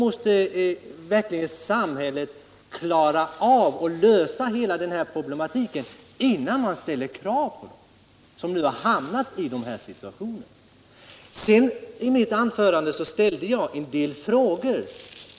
Måste inte samhället lösa hela den här problematiken innan man ställer krav på de människor som hamnat i de här situationerna? I mitt anförande ställde jag en del frågor.